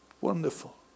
Wonderful